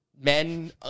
Men